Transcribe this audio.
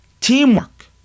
Teamwork